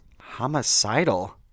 Homicidal